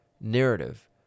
narrative